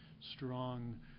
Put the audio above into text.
strong